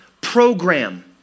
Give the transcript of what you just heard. program